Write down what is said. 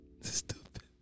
stupid